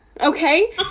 okay